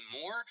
more